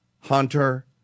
Hunter